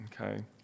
Okay